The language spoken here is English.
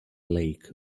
lake